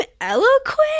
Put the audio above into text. eloquent